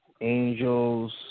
Angels